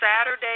Saturday